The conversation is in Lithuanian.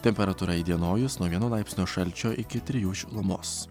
temperatūra įdienojus nuo vieno laipsnio šalčio iki trijų šilumos